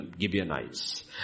Gibeonites